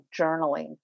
journaling